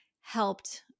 helped-